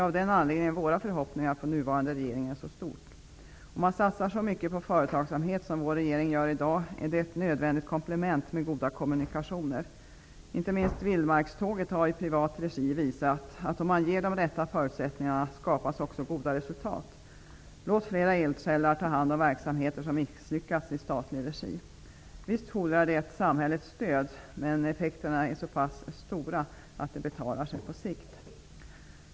Av den anledningen är våra förhoppningar på den nuvarande regeringen så stora. Om man satsar så mycket på företagsamhet som regeringen gör i dag, är det ett nödvändigt komplement med goda kommunikationer. Inte minst Vildmarkståget, i privat regi, har visat att om man ger de rätta förutsättningarna skapas också goda resultat. Låt fler eldsjälar ta hand om verksamheter som misslyckats i statlig regi! Visst fordrar det samhällets stöd, men effekterna är så pass stora att det betalar sig på sikt.